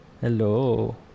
Hello